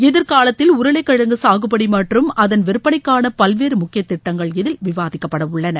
எதிர்காலத்தில் உருளைக்கிழங்கு சாகுபடி மற்றும் அதன் விற்பனைக்கான பல்வேறு முக்கிய திட்டங்கள் இதில் விவாதிக்கப்படவுள்ளன